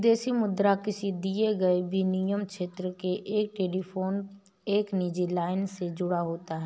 विदेशी मुद्रा किसी दिए गए विनिमय क्षेत्र में एक टेलीफोन एक निजी लाइन से जुड़ा होता है